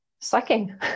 sucking